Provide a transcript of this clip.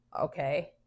Okay